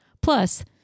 Plus